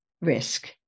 risk